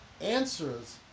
Answers